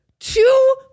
Two